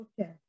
Okay